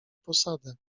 posadę